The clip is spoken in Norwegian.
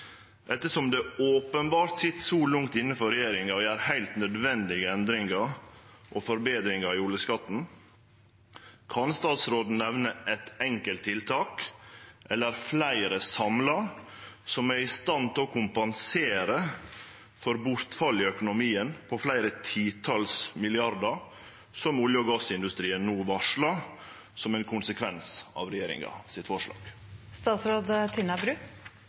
Ettersom det openbert sit så langt inne for regjeringa å gjere heilt nødvendige endringar og forbetringar i oljeskatten, kan statsråden nemne eitt enkelt tiltak, eller fleire samla, som er i stand til å kompensere for bortfallet i økonomien på fleire tiltals milliardar, som olje- og gassindustrien no varslar som ein konsekvens av regjeringa sitt